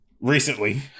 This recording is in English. recently